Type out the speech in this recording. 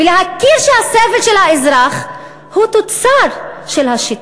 ולהכיר שהסבל של האזרח הוא תוצר של השיטה,